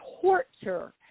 torture